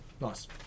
Nice